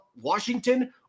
Washington